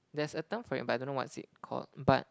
there's a term for it but I don't know what it's called but